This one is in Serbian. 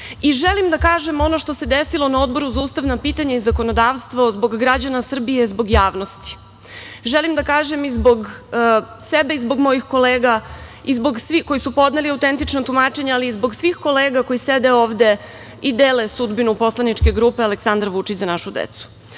dana. Želim da kažem ono što se desilo na Odboru za ustavna pitanja i zakonodavstvo zbog građana Srbije, zbog javnosti. Želim da kažem i zbog sebe i zbog mojih kolega i zbog svih koji su podneli autentično tumačenje ali i zbog svih kolega koji sede ovde i dele sudbinu poslaničke grupe Aleksandar Vučić – Za našu decu. Na